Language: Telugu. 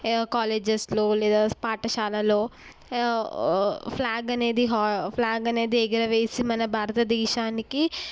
కాలేజెస్లో లేదా పాఠశాలలో ఫ్లాగ్ అనేది ఫ్లాగ్ అనేది ఎగురవేసి మన భారతదేశాన్ని